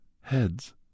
heads